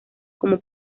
como